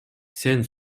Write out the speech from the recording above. сен